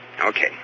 Okay